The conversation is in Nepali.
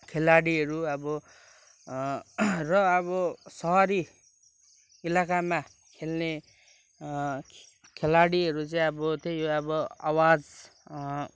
खेलाडीहरू अब र अब सहरी इलाकामा खेल्ने खेलाडीहरू चाहिँ अब त्यही हो अब आवाज